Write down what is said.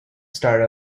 start